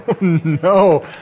No